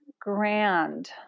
grand